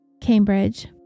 Cambridge